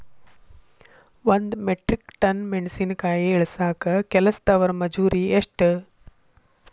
ಒಂದ್ metric ton ಮೆಣಸಿನಕಾಯಿ ಇಳಸಾಕ್ ಕೆಲಸ್ದವರ ಮಜೂರಿ ಎಷ್ಟ?